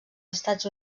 estats